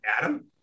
Adam